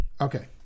Okay